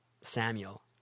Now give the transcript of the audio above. Samuel